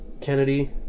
Kennedy